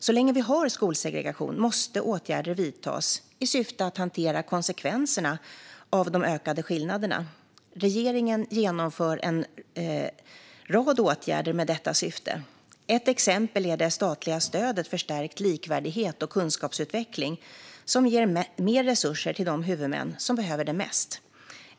Så länge vi har skolsegregation måste åtgärder vidtas i syfte att hantera konsekvenserna av de ökade skillnaderna. Regeringen genomför en rad åtgärder med detta syfte. Ett exempel är det statliga stödet för stärkt likvärdighet och kunskapsutveckling som ger mer resurser till de huvudmän som behöver det mest.